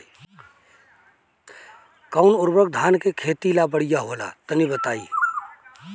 कौन उर्वरक धान के खेती ला बढ़िया होला तनी बताई?